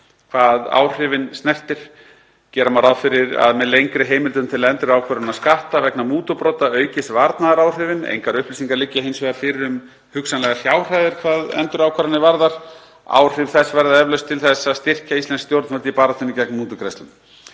hvað áhrifin snertir. Gera má ráð fyrir að með lengri heimildum til endurákvörðunar skatta vegna mútubrota aukist varnaðaráhrifin. Engar upplýsingar liggja hins vegar fyrir um hugsanlegar fjárhæðir hvað endurákvarðanir varðar. Áhrif þess verða eflaust til þess að styrkja íslensk stjórnvöld í baráttunni gegn mútugreiðslum.